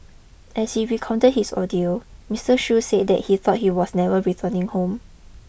as he recounted his ordeal Mister Shoo said that he thought he was never returning home